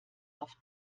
auf